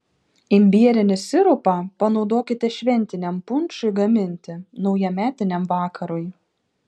imbierinį sirupą panaudokite šventiniam punšui gaminti naujametiniam vakarui